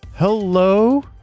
Hello